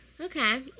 okay